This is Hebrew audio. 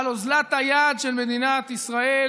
על אוזלת היד של מדינת ישראל